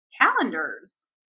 calendars